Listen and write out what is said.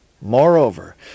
moreover